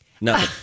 No